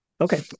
Okay